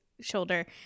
shoulder